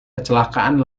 kecelakaan